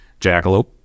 jackalope